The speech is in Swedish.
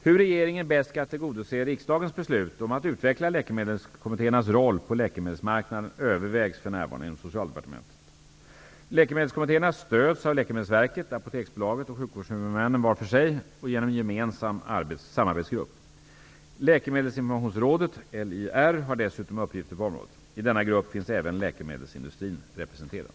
Hur regeringen bäst skall tillgodose riksdagens beslut om att utveckla läkemedelskommittéernas roll på läkemedelsmarknaden övervägs för närvarande inom Socialdepartementet. Läkemedelsverket, Apoteksbolaget och sjukvårdshuvudmännen var för sig och genom en gemensam samarbetsgrupp. Läkemedelsinformationsrådet, LIR, har dessutom uppgifter på området. I denna grupp finns även läkemedelsindustrin representerad.